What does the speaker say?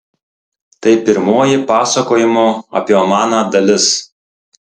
tai pirmoji pasakojimo apie omaną dalis